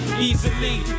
easily